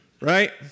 Right